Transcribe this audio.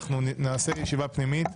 אנחנו נקיים ישיבה פנימית,